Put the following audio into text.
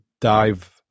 dive